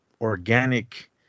organic